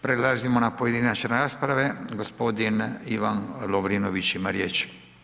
Prelazimo na pojedinačne rasprave, gospodin Ivan Lovrinović ima riječ.